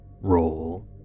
roll